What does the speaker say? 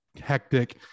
hectic